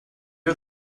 are